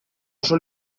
oso